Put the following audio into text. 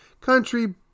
country